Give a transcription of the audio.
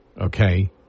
okay